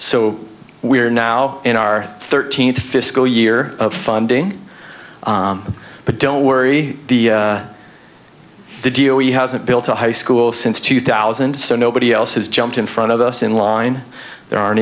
so we're now in our thirteenth fiscal year of funding but don't worry the the deal he hasn't built a high school since two thousand so nobody else has jumped in front of us in line there aren't